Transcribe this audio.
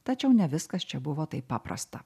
tačiau ne viskas čia buvo taip paprasta